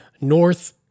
North